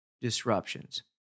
disruptions